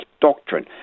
doctrine